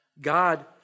God